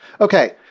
Okay